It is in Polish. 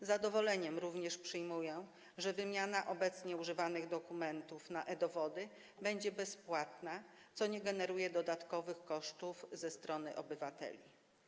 Z zadowoleniem również przyjmuję, że wymiana obecnie używanych dokumentów na e-dowody będzie bezpłatna, co nie generuje dodatkowych kosztów ze strony obywateli.